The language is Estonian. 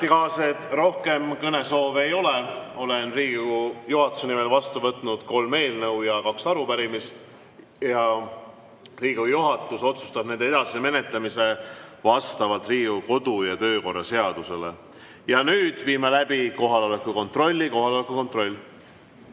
ametikaaslased, rohkem kõnesoove ei ole. Olen Riigikogu juhatuse nimel vastu võtnud kolm eelnõu ja kaks arupärimist. Riigikogu juhatus otsustab nende edasise menetlemise vastavalt Riigikogu kodu‑ ja töökorra seadusele. Nüüd teeme kohaloleku kontrolli. Kohaloleku kontroll.